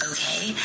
okay